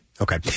Okay